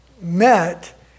met